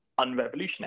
unrevolutionary